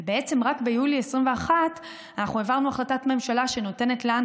ובעצם רק ביולי 2021 העברנו החלטת ממשלה שנותנת לנו,